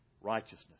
righteousness